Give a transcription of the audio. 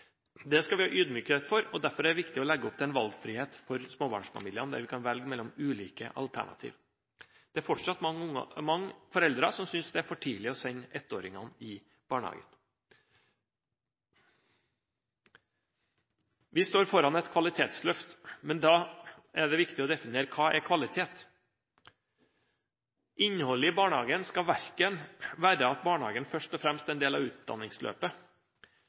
Det skal vi ha ydmykhet overfor, og derfor skal vi legge opp til en valgfrihet for småbarnsfamiliene, der de kan velge mellom ulike alternativ. Det er fortsatt mange foreldre som synes det er for tidlig å sende ettåringene i barnehagen. Vi står foran et kvalitetsløft. Men da er det viktig å definere: Hva er kvalitet? Innholdet i barnehagen skal ikke være at barnehagen først og fremst er en del av utdanningsløpet.